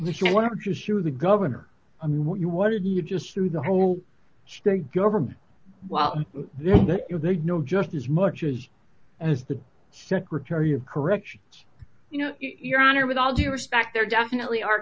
the show whatever just to the governor i mean what you what did you just through the whole state government while they know just as much is as the secretary of corrections you know your honor with all due respect there definitely are